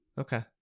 Okay